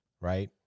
right